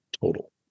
total